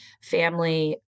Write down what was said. family